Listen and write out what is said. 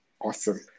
Awesome